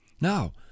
now